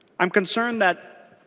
i'm concerned that